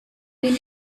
been